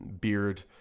beard